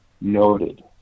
noted